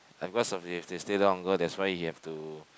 ya because of he have to stay there longer that's why he have to